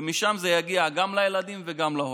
ומשם זה יגיע גם לילדים וגם להורים.